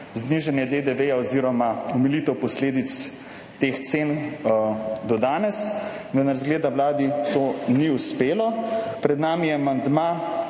znižanje DDV oziroma omilitev posledic teh cen do danes. Vendar izgleda Vladi to ni uspelo. Pred nami je amandma,